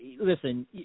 listen